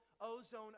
ozone